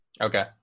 Okay